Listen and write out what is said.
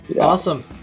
awesome